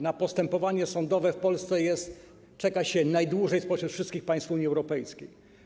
Na postępowanie sądowe w Polsce czeka się najdłużej spośród wszystkich państw Unii Europejskiej.